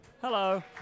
Hello